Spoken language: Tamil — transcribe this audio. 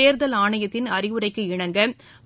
தேர்தல் ஆணையத்தின் அறிவுரைக்கு இணங்க